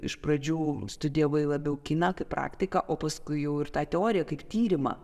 iš pradžių studijavai labiau kiną kaip praktiką o paskui jau ir tą teoriją kaip tyrimą